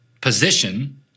position –